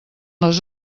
les